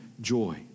joy